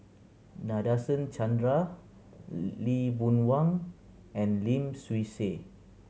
Nadasen Chandra Lee Boon Wang and Lim Swee Say